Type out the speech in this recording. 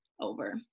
over